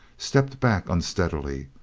stepped back unsteadily.